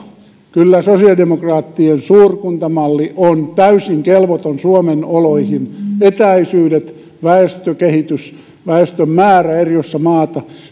kyllä sosiaalidemokraattien suurkuntamalli on täysin kelvoton suomen oloihin ja etäisyydet väestökehitys ja väestön määrä eri osissa maata